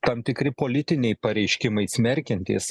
tam tikri politiniai pareiškimai smerkiantys